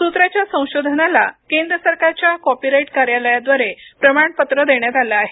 सूत्राच्या संशोधनाला केंद्र सरकारच्या कॉपीराईट कार्यालयाद्वारे प्रमाणपत्र देण्यात आले आहे